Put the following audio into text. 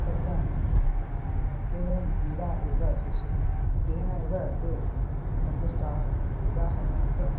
तत्र केवलं क्रीडा एव भविष्यति तेन एव ते सन्तुष्टाः भवन्ति उदाहरणार्थं